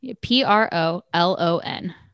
P-R-O-L-O-N